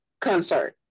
concert